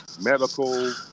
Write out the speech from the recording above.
medical